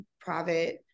private